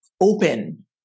open